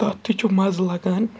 تَتھ تہِ چھُ مَزٕ لَگان